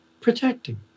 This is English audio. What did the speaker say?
protecting